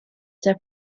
their